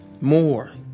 more